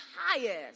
highest